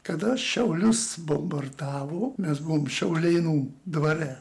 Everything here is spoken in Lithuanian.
kada šiaulius bombardavo mes buvom šiaulėnų dvare